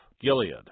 Gilead